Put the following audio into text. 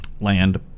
land